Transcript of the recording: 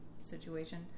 situation